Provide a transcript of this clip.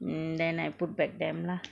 mm then I put back them lah